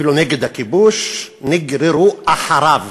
אפילו נגד הכיבוש, נגררו אחריו.